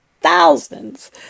Thousands